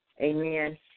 Amen